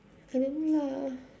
I don't know lah